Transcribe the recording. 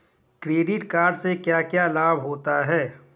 Credit card से क्या क्या लाभ होता है?